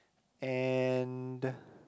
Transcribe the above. and